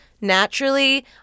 naturally